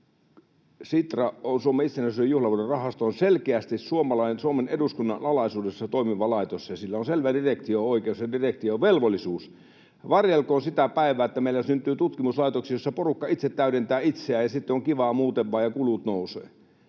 Sitra, Suomen itsenäisyyden juhlavuoden rahasto, on selkeästi suomalainen, Suomen eduskunnan alaisuudessa toimiva laitos, ja eduskunnalla on selvä direktio-oikeus ja direktiovelvollisuus. Varjelkoon sitä päivää, että meillä syntyy tutkimuslaitoksia, joissa porukka itse täydentää itseään ja sitten on kivaa muuten vain ja kulut nousevat.